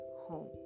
home